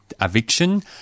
eviction